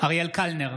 אריאל קלנר,